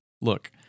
look